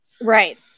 Right